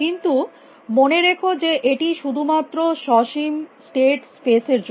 কিন্তু মনে রেখো যে এটি শুধুমাত্র সসীম স্টেট স্পেস এর জন্য